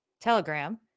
Telegram